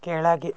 ಕೆಳಗೆ